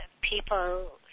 people